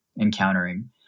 encountering